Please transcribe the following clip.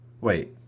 Wait